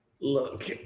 Look